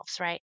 right